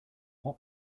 what